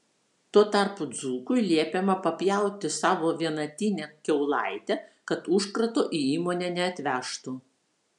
tuo tarpu dzūkui liepiama papjauti savo vienatinę kiaulaitę kad užkrato į įmonę neatvežtų